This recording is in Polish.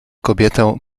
kobietę